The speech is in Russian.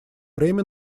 время